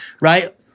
right